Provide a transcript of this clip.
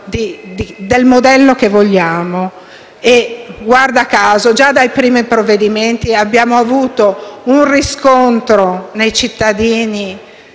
del modello che vogliamo e, guarda caso, già dai primi provvedimenti abbiamo avuto un riscontro nei cittadini